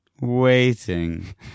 Waiting